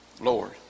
Lord